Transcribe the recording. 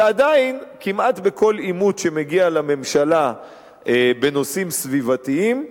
ועדיין כמעט בכל עימות שמגיע לממשלה בנושאים סביבתיים,